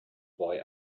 boy